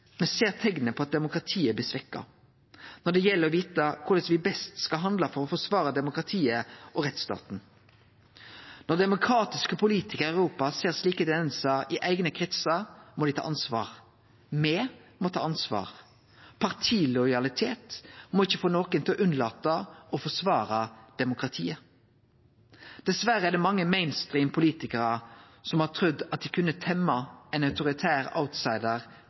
Me ser teikn på at demokratiet blir svekt. Når det gjeld å vite korleis me best skal handle for å forsvare demokratiet og rettsstaten, når demokratiske politikarar i Europa ser slike tendensar i eigne kretsar, må dei ta ansvar. Me må ta ansvar. Partilojalitet må ikkje få nokon til å unnlate å forsvare demokratiet. Dessverre er det mange mainstream-politikarar som har trudd at dei kunne temje ein autoritær